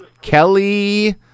Kelly